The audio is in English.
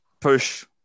push